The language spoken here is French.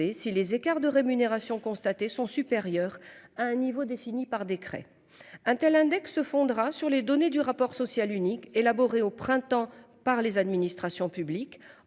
Si les écarts de rémunération constatés sont supérieurs à un niveau défini par décret. Un tel index se fondera sur les données du rapport social unique élaboré au printemps par les administrations publiques